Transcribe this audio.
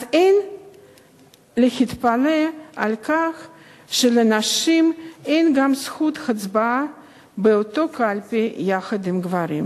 אז אין להתפלא על כך שלנשים אין גם זכות הצבעה באותו קלפי יחד עם גברים.